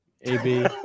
AB